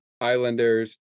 Islanders